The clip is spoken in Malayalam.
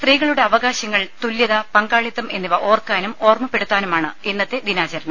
സ്ത്രീകളുടെ അവകാശങ്ങൾ തുല്യത പങ്കാളിത്തം എന്നിവ ഓർക്കാനും ഓർമ്മപ്പെടുത്താനുമാണ് ഇന്നത്തെ ദിനാചരണം